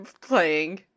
playing